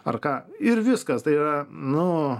ar ką ir viskas tai yra nu